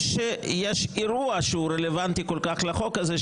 שיש אירוע שהוא רלוונטי כל כך לחוק הזה,